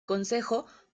consejo